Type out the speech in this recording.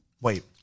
wait